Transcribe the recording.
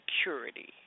security